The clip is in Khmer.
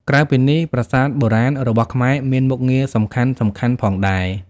ក្រៅពីនេះប្រាសាទបុរាណរបស់ខ្មែរមានមុខងារសំខាន់ៗផងដែរ។